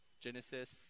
genesis